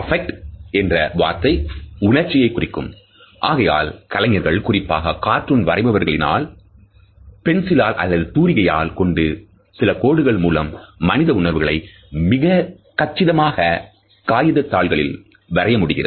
"affect" என்ற வார்த்தை உணர்ச்சியைக் குறிக்கும் ஆகையால் கலைஞர்கள் குறிப்பாக கார்ட்டூன் வரைபவர்ளினால் பென்சிலால் அல்லது தூரிகைகளை கொண்டு சில கோடுகள் மூலம் மனித உணர்வுகளை மிக கச்சிதமாக காகிதத் தாள்களில் வரைய முடிகிறது